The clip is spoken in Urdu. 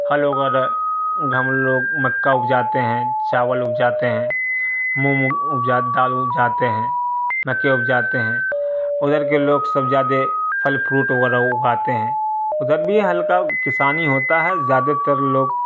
ہل وغیرہ ہم لوگ مکا اپجاتے ہیں چاول اپجاتے ہیں موم اپجا دال اپجاتے ہیں مکئی اپجاتے ہیں ادھر کے لوگ سب زیادہ پھل پھروٹ وغیرہ اگاتے ہیں ادھر بھی ہلکا کسانی ہوتا ہے زیادہ تر لوگ